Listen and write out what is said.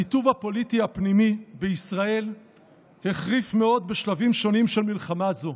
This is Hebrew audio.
הקיטוב הפוליטי הפנימי בישראל החריף מאוד בשלבים שונים של מלחמה זו.